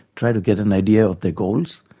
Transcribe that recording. try to get an idea of their goals,